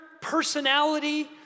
personality